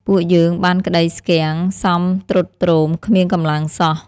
ពួកយើងបានក្តីស្គាំង សមទ្រមទ្រុឌគ្មានកម្លាំងសោះ។